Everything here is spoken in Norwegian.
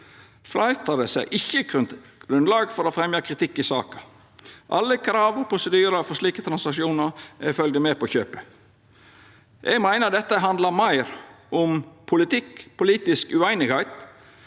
Fleirtalet ser ikkje grunnlag for å fremja kritikk i saka. Alle krav og prosedyrar for slike transaksjonar er følgde i kjøpet. Eg meiner dette handlar meir om politikk og